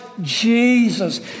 Jesus